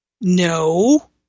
No